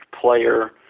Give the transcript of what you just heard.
player